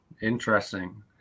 interesting